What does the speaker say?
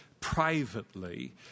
privately